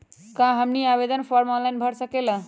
क्या हमनी आवेदन फॉर्म ऑनलाइन भर सकेला?